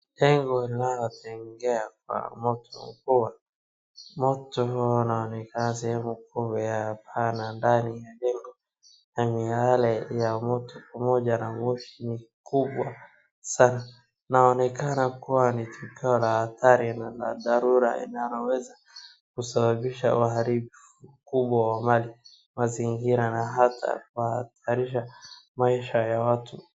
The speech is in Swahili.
Jengo linalotekea kwa moto mkubwa. Moto huo unaonekana sehemu kubwa ya pana ndani ya jengo na miale ya moto pamoja na moshi ni kubwa sana. Naonekana kuwa ni tukio la hatari na la dharura linaloweza kusababisha uharibifu mkubwa wa mali, mazingira na hata kuhatarisha maisha ya watu.